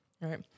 Right